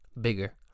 bigger